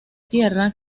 tierra